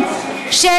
החברים שלי,